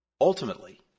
Ultimately